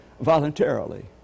voluntarily